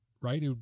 right